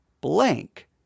blank